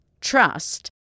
Trust